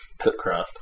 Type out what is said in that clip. Cookcraft